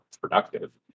productive